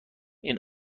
این